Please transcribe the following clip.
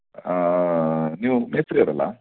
ಆ ನೀವು ಮೇಸ್ತ್ರಿಯವರು ಅಲ್ಲಾ